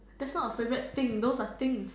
that's not a favorite thing those are thing